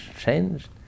changed